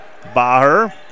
Baher